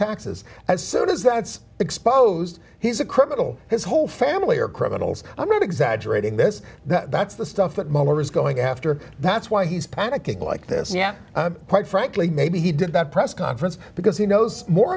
taxes as soon as that's exposed he's a criminal his whole family are criminals i'm not exaggerating this that's the stuff that moamar is going after that's why he's panicking like this yeah quite frankly maybe he did that press conference because he knows more